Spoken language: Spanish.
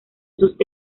sus